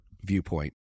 viewpoint